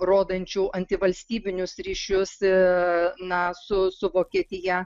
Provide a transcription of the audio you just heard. rodančių antivalstybinius ryšius na su su vokietija